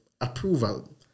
approval